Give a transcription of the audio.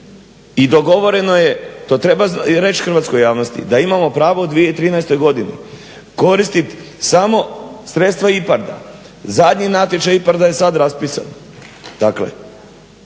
i dogovoreno je, to treba reći hrvatskoj javnosti, da imamo pravo u 2013. godini koristit samo sredstva IPARD-a. Zadnji natječaj IPARD-a je sad raspisan.